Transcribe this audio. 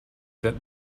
that